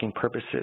purposes